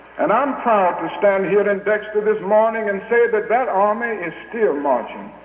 and i'm proud to stand here in dexter this morning and say that that army is still marching.